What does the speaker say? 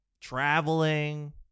traveling